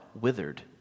withered